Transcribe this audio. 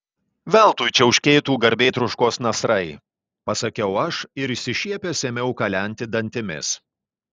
veltui čiauškėtų garbėtroškos nasrai pasakiau aš ir išsišiepęs ėmiau kalenti dantimis